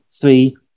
three